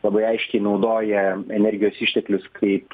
labai aiškiai naudoja energijos išteklius kaip